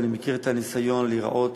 ואני מכיר את הניסיון להיראות